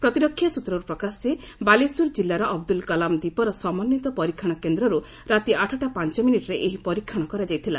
ପ୍ରତିରକ୍ଷା ସୂତ୍ରରୁ ପ୍ରକାଶ ଯେ ବାଲେଶ୍ୱର ଜିଲ୍ଲାର ଅବଦୁଲ କଲାମ ଦ୍ୱୀପର ସମନ୍ୱିତ ପରୀକ୍ଷଣ କେନ୍ଦ୍ରରୁ ରାତି ଆଠଟା ପାଞ୍ଚ ମିନିଟ୍ରେ ଏହି ପରୀକ୍ଷଣ କରାଯାଇଥିଲା